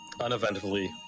uneventfully